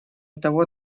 того